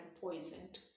poisoned